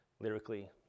lyrically